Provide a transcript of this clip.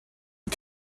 and